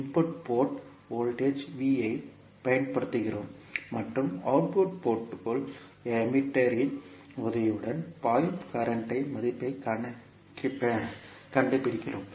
input port voltage V ஐப் பயன்படுத்துகிறோம் மற்றும் அவுட்புட் போர்ட் குள் எமிட்டர் இன் உதவியுடன் பாயும் கரண்ட் இன் மதிப்பைக் கண்டுபிடிக்கிறோம்